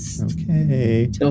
okay